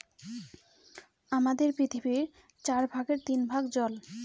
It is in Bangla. আমাদের পৃথিবীর চার ভাগের তিন ভাগ জল